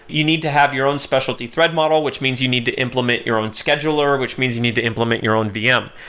you need to have your own specialty thread model, which means you need to implement your own scheduler, which means you need to implement your own vm.